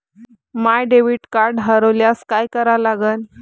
माय debit card हरोल्यास काय करा लागन?